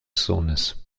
sohnes